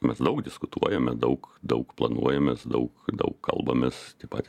mes daug diskutuojame daug daug planuojamės daug daug kalbamės taip pat